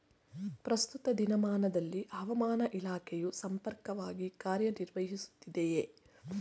ಪ್ರಸ್ತುತ ದಿನಮಾನದಲ್ಲಿ ಹವಾಮಾನ ಇಲಾಖೆಯು ಸಮರ್ಪಕವಾಗಿ ಕಾರ್ಯ ನಿರ್ವಹಿಸುತ್ತಿದೆಯೇ?